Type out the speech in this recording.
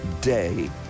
day